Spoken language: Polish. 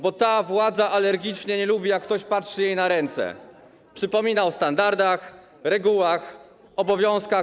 Bo ta władza alergicznie nie lubi, jak ktoś patrzy jej na ręce, przypomina o standardach, regułach, obowiązkach.